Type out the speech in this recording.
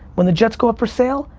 when the jets go up for sale,